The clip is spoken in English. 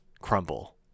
crumble